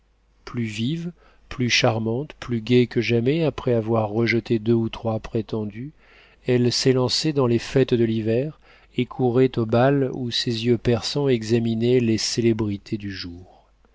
plus vive plus charmante plus gaie que jamais après avoir rejeté deux ou trois prétendus elle s'élançait dans les fêtes de l'hiver et courait aux bals où ses yeux perçants examinaient les célébrités du jour